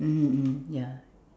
mmhmm mm ya